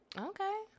okay